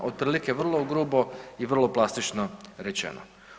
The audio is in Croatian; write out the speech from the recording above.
Otprilike vrlo grubo i vrlo plastično rečeno.